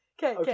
Okay